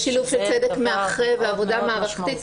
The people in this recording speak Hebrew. ושילוב של צדק מאחה, ועבודה מערכתית.